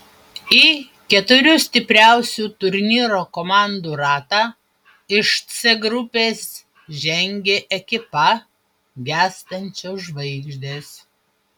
į keturių stipriausių turnyro komandų ratą iš c grupės žengė ekipa gęstančios žvaigždės